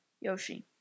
Yoshi